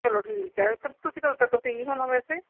ਚਲੋ ਠੀਕ ਹੈ ਫਿਰ ਤੁਸੀਂ ਕਦੋਂ ਤੱਕ ਫ੍ਰੀ ਹੋਣਾ ਵੈਸੇ